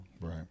Right